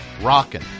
rockin